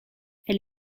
elle